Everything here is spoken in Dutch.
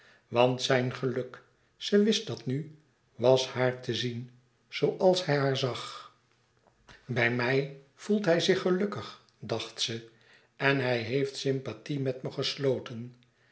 want zijn geluk ze wist dat nu was haar te zien zooals hij haar zag bij mij voelt hij zich gelukkig dacht ze en hij heeft sympathie met me gesloten